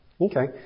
okay